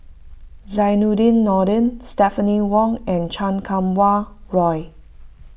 Zainudin Nordin Stephanie Wong and Chan Kum Wah Roy